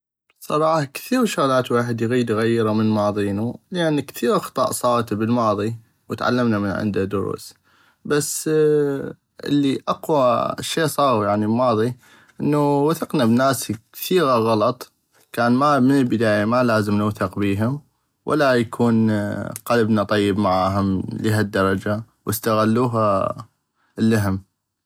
بصراحة كثيغ شغلات الويحد اغيد اغيرة من ماضينو لان كثيغ اخطاء صاغت بل الماضي وتعلمنا منا دروس بس الي اقوا شي صاغ يعني ماضي انو وثقنا بناس كثيغة غلط كان ما من البدايا ما لازم نوثق بيهم ولا يكون قلبنا طيب معاهم لهل الدرجة واستغلوها للهم.